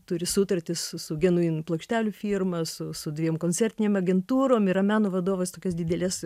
turi sutartį su su genujin plokštelių firma su su dviem koncertinėm agentūrom yra meno vadovas tokios didelės